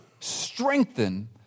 strengthen